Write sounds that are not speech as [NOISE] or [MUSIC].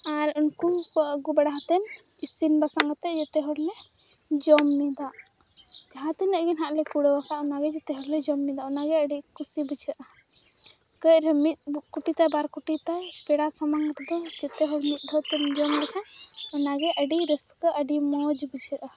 ᱟᱨ ᱩᱱᱠᱚᱠᱚ ᱟᱹᱜᱩᱵᱟᱲᱟ ᱟᱛᱮᱱ ᱤᱥᱤᱱᱼᱵᱟᱥᱟᱝ ᱠᱟᱛᱮ ᱡᱚᱛᱚᱦᱚᱲᱞᱮ ᱡᱚᱢᱮᱫᱟ ᱡᱟᱦᱟᱸ ᱛᱤᱱᱟᱹᱜ ᱜᱮ ᱱᱟᱦᱟᱜᱞᱮ ᱠᱩᱲᱟᱹᱣᱟᱠᱟᱫ ᱚᱱᱟᱜᱮ ᱡᱮᱛᱮ ᱦᱚᱲᱞᱮ ᱡᱚᱢᱮᱫᱟ ᱚᱱᱟᱜᱮ ᱟᱹᱰᱤ ᱠᱩᱥᱤ ᱵᱩᱡᱷᱟᱹᱜᱼᱟ ᱠᱟᱹᱡ ᱨᱮᱦᱚᱸ ᱢᱤᱫ [UNINTELLIGIBLE] ᱠᱩᱴᱤᱛᱟᱭ ᱵᱟᱨ ᱠᱩᱴᱤᱛᱟᱭ ᱯᱮᱲᱟ ᱥᱟᱢᱟᱝᱨᱮᱫᱚ ᱡᱮᱛᱮᱦᱚᱲ ᱢᱤᱫᱼᱫᱷᱟᱣᱛᱮᱢ ᱡᱚᱢ ᱞᱮᱠᱷᱟᱡ ᱚᱱᱟᱜᱮ ᱟᱹᱰᱤ ᱨᱟᱹᱥᱠᱟᱹ ᱟᱹᱰᱤ ᱢᱚᱡᱽ ᱵᱩᱡᱷᱟᱹᱜᱼᱟ